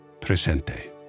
Presente